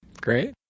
great